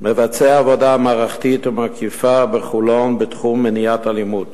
מבצע עבודה מערכתית ומקיפה בחולון בתחום מניעת אלימות.